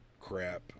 crap